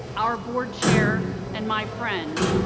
our board chair and my friend.